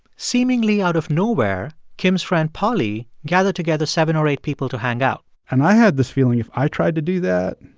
seemingly out of nowhere, kim's friend polly gathered together seven or eight people to hang out and i had this feeling if i tried to do that,